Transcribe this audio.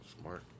Smart